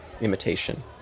imitation